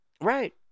Right